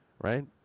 right